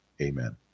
Amen